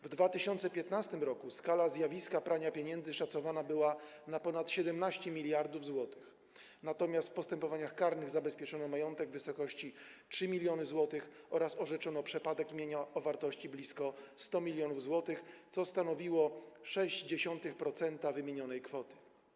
W 2015 r. skala zjawiska prania pieniędzy szacowana była na ponad 17 mld zł, natomiast w postępowaniach karnych zabezpieczono majątek w wysokości 3 mln zł oraz orzeczono przepadek mienia o wartości blisko 100 mln zł, co stanowiło 0,6% wymienionej kwoty.